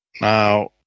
Now